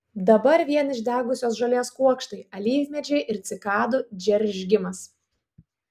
dabar vien išdegusios žolės kuokštai alyvmedžiai ir cikadų džeržgimas